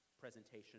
presentation